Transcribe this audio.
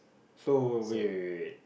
so wait wait wait wait